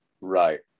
right